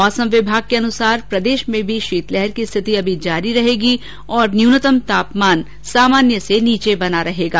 मौसम विभाग के अनुसार प्रदेश में भी शीतलहर की स्थिति अभी जारी रहेगी और न्यूनतम तापमान सामान्य से नीचे बना रहेगा